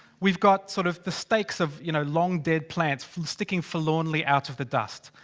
we've got sort of, the stakes of, you know long dead plants, sticking forlornly out of the dust.